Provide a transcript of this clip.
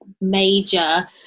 major